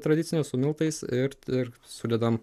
tradicinį su miltais ir ir sudedam